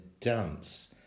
dance